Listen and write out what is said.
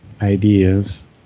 ideas